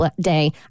day